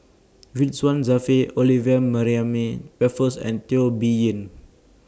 Ridzwan Dzafir Olivia Mariamne Raffles and Teo Bee Yen